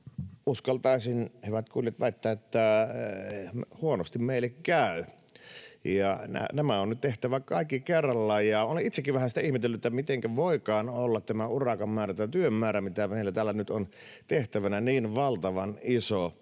uskaltaisin, hyvät kuulijat, väittää, että huonosti meille käy, ja nämä on nyt tehtävä kaikki kerralla. Olen itsekin vähän sitä ihmetellyt, mitenkä voikaan olla tämän urakan määrä, tämä työn määrä, mitä meillä täällä nyt on tehtävänä, niin valtavan iso.